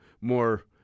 more